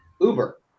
Uber